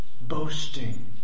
boasting